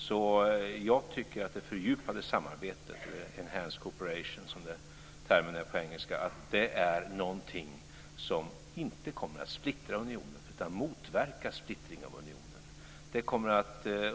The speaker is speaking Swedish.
Jag tycker alltså att det fördjupade samarbetet - enhanced cooperation som den engelska termen lyder - är någonting som inte kommer att splittra unionen utan som kommer att motverka en splittring av unionen.